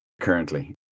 currently